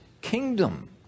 kingdom